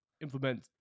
implement